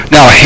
Now